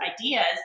ideas